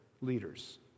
leaders